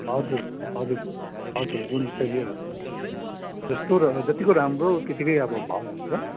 हजुर हजुर हजुर गुणस्तरीय जस्तो र जत्तिको राम्रो त्यति नै अब भाउ हुन्छ